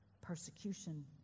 persecution